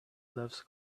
loves